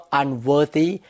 unworthy